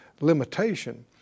limitation